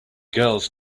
girls